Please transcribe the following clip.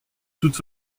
toute